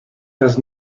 does